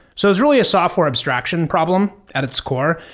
so it's really a software abstraction problem at its core.